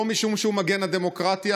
לא משום שהוא מגן הדמוקרטיה,